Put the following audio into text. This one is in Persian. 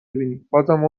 ببینینبازم